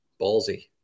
Ballsy